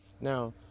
Now